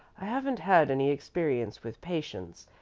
i haven't had any experience with patients,